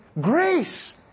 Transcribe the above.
grace